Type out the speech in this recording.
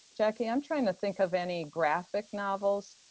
jackie, i'm trying to think of any graphic novels